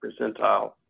percentile